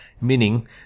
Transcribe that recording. Meaning